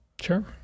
Sure